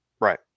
Right